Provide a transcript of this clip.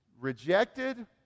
rejected